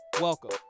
welcome